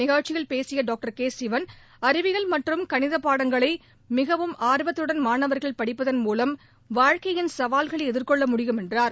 நிகழ்ச்சியில் பேசிய டாக்டர் சிவன் அறிவியல் மற்றும் கணிதப் பாடங்களை மிகவும் ஆர்வத்துடன் மாணவர்கள் படிப்பதன் மூலம் வாழ்க்கையின் சவால்களை எதிர்கொள்ள முடியும் என்றார்